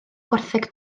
gwartheg